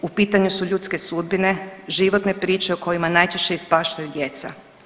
U pitanju su ljudske sudbine, životne priče u kojima najčešće ispaštaju djeca.